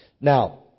Now